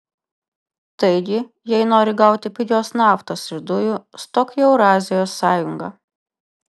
taigi jei nori gauti pigios naftos ir dujų stok į eurazijos sąjungą